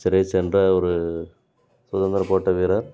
சிறை சென்ற ஒரு சுதந்திரப் போராட்ட வீரர்